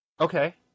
Okay